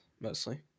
mostly